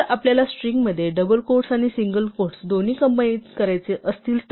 जर आपल्याला स्ट्रिंगमध्ये डबल क्वोट्स आणि सिंगल क्वोट्स दोन्ही कम्बाईन करायचे असतील तर